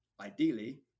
ideally